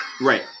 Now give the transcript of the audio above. Right